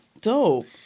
Dope